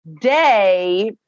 day